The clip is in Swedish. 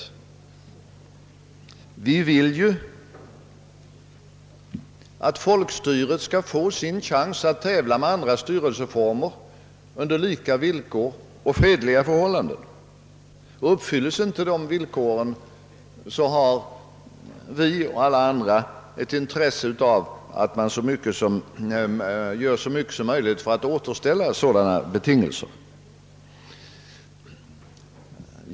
Vi vill ju att folkstyret skall få sin chans att tävla med andra styrelseformer under lika villkor och under fredliga förhållanden. Uppfylls inte de villkoren, så har vi och alla andra ett intresse av att man gör så mycket som möjligt för att återställa sådana betingelser.